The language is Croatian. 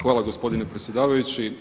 Hvala gospodine predsjedavajući.